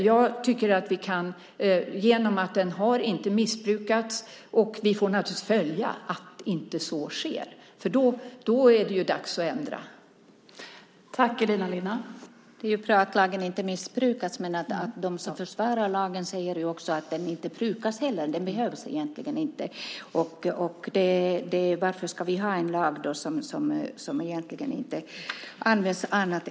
Lagen har inte missbrukats, och vi får naturligtvis följa att så inte heller sker, för då är det ju dags att ändra den.